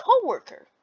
coworker